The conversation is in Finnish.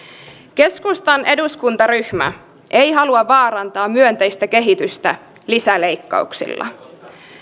keskustan eduskuntaryhmä ei halua vaarantaa myönteistä kehitystä lisäleikkauksilla